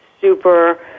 super